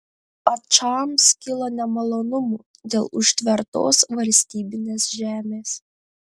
ačams kilo nemalonumų dėl užtvertos valstybinės žemės